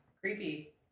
Creepy